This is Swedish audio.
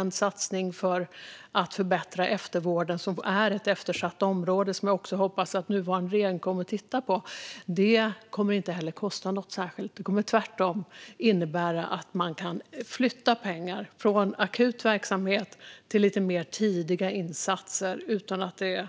En satsning för att förbättra eftervården - som är ett eftersatt område som jag också hoppas att nuvarande regering kommer att titta på - kommer heller inte att kosta något särskilt. Det kommer tvärtom att innebära att man kan flytta pengar från akut verksamhet till lite mer tidiga insatser utan att det